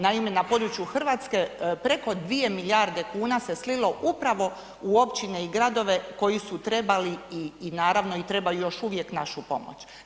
Naime, na području Hrvatske, preko 2 milijarde kuna se slilo upravo u općine i gradove koji su trebali i naravno trebaju još uvijek našu pomoć.